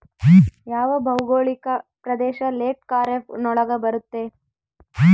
ಯಾವ ಭೌಗೋಳಿಕ ಪ್ರದೇಶ ಲೇಟ್ ಖಾರೇಫ್ ನೊಳಗ ಬರುತ್ತೆ?